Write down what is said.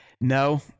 No